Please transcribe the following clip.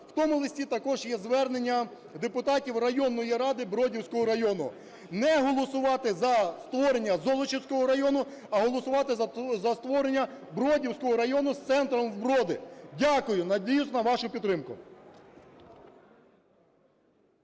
В тому листі також є звернення депутатів районної ради Бродівського району не голосувати за створення Золочівського району, а голосувати за створення Бродівського району з центром Броди. Дякую. Надіюсь на вашу підтримку.